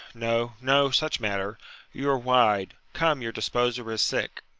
no, no such matter you are wide. come, your disposer is sick.